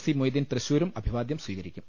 C Moideen തൃശൂരും അഭിവാദ്യം സ്ഥീക രിക്കും